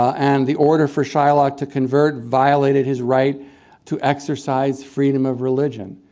and the order for shylock to convert violated his right to exercise freedom of religion.